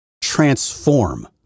transform